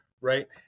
right